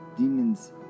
Demons